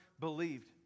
believed